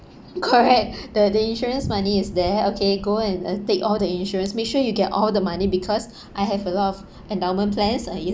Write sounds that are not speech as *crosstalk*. correct *laughs* the the insurance money is there okay go and uh take all the insurance make sure you get all the money because I have a lot of endowment plans I use